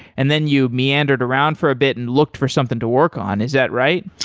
and then you meandered around for a bit and looked for something to work on, is that right?